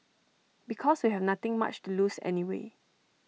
because we have nothing much to lose anyway